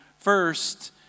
first